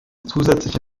zusätzliche